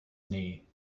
knee